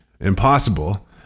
impossible